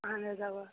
اہن حظ اوا